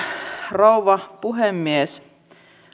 rouva puhemies